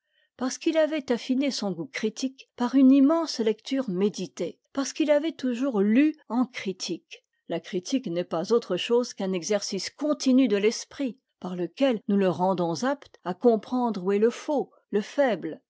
parce qu'il avait affiné son goût critique par une immense lecture méditée parce qu'il avait toujours lu en critique la critique n'est pas autre chose qu'un exercice continu de l'esprit par lequel nous le rendons apte à comprendre où est le faux le faible